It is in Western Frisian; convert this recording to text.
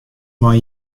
mei